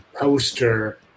poster